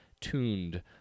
tuned